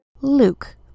Luke